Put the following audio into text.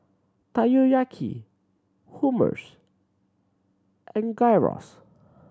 Takoyaki Hummus and Gyros